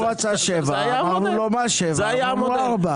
הוא רצה 7 ואמרנו לו 4. זה היה המודל.